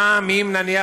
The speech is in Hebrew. גם אם נניח,